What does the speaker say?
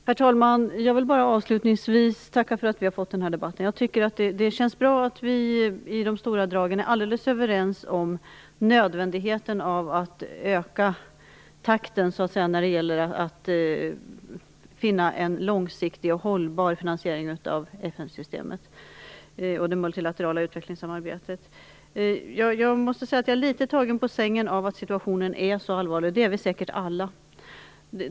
Herr talman! Jag vill bara avslutningsvis tacka för att vi har fått den här debatten. Det känns bra att vi i stora drag är överens om nödvändigheten av att öka takten när det gäller att finna en långsiktig och hållbar finansiering av FN-systemet och det multilaterala utvecklingssamarbetet. Jag måste säga att jag är litet tagen på sängen av att situationen är så allvarlig. Det är vi säkert alla.